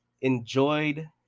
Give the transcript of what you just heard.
enjoyed